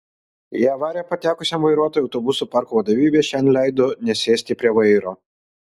į avariją patekusiam vairuotojui autobusų parko vadovybė šiandien leido nesėsti prie vairo